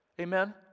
Amen